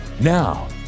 Now